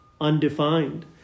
undefined